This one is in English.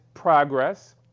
progress